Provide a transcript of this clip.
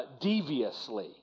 deviously